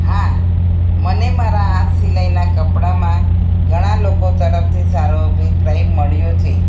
હા મને મારા હાથ સિલાઈના કપડામાં ઘણા લોકો તરફથી સારો અભિપ્રાય મળ્યો છે